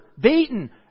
beaten